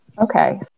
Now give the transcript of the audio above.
Okay